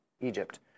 Egypt